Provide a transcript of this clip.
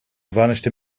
vanished